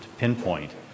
Pinpoint